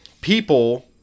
people